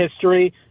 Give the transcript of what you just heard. history